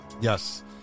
Yes